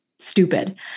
stupid